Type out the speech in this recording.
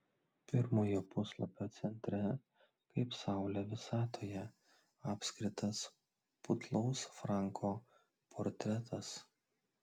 pirmojo puslapio centre kaip saulė visatoje apskritas putlaus franko portretas